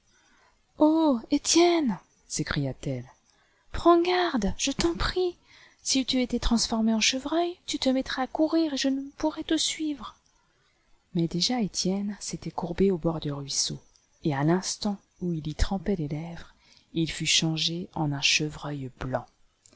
etienne s'écria-t-elle prends garde je t'en prie si tu étais transformé en chevreuil tu te mettrais à courir et je ne pourrais te suivre mais déjà etienne s'était courbé au bord du ruisseau et à l'instant où il y trempait ses lèvres il fut changé en un chevreuil blanc